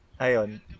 Ayon